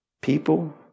People